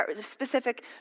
specific